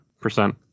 percent